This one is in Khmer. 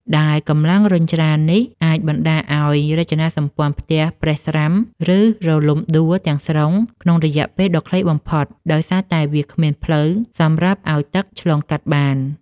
នៅក្នុងស្ថានភាពដែលទឹកជំនន់ហក់ឡើងខ្លាំង និងមានចរន្តហូរគំហុក សំណង់ដែលមានជញ្ជាំងបិទជិតរហូតដល់ដីនឹងត្រូវរងនូវសម្ពាធយ៉ាងមហាសាលពីកម្លាំងទឹក។